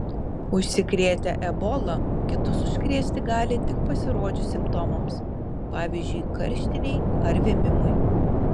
užsikrėtę ebola kitus užkrėsti gali tik pasirodžius simptomams pavyzdžiui karštinei ar vėmimui